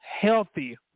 healthy